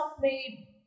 made